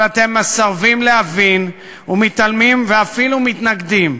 אבל אתם מסרבים להבין ומתעלמים ואפילו מתנגדים.